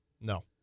No